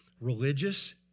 Religious